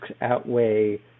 outweigh